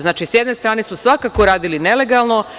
Znači, s jedne strane su svakako radili nelegalno.